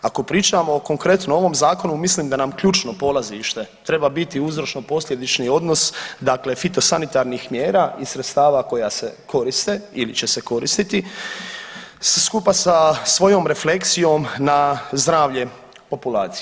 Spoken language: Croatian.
Ako pričamo o konkretnom ovom zakonu mislim da nam ključno polazište treba biti uzročno posljedični odnos, dakle fitosanitarnih mjera i sredstava koja se koriste ili će se koristiti skupa sa svojom refleksijom na zdravlje populacije.